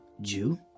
Jew